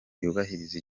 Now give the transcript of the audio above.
yubahiriza